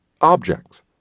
objects